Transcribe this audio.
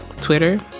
Twitter